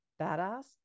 badass